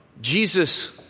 Jesus